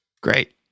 Great